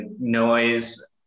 noise